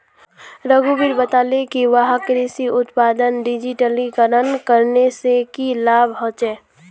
रघुवीर बताले कि वहाक कृषि उत्पादक डिजिटलीकरण करने से की लाभ ह छे